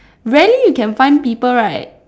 rarely you can find people right